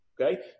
Okay